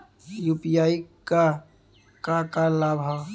UPI क का का लाभ हव?